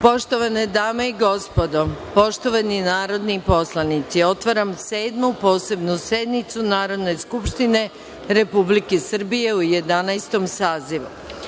Poštovane dame i gospodo, poštovani narodni poslanici, otvaram Sedmu posebnu sednicu Narodne skupštine Republike Srbije u Jedanaestom